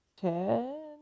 Ten